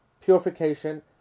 purification